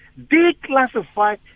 declassify